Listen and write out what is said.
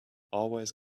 always